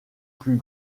plus